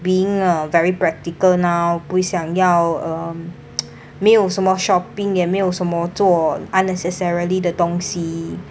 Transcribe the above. being uh very practical now 不想要 um 没有什么 shopping 也没有什么做 unnecessarily the 东西